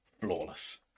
flawless